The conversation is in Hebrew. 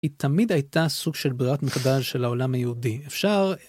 היא תמיד הייתה סוג של ברירת מחדל של העולם היהודי